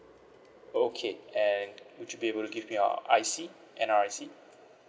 okay and would you be able to give me your I_C N_R_I_C